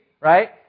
Right